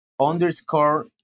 underscore